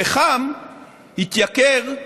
הפחם התייקר,